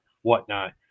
Whatnot